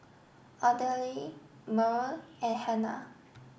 Ardelle Merl and Hanna